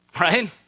Right